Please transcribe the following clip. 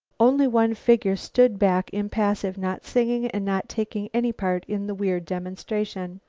only one figure stood back impassive not singing and not taking any part in the weird demonstration.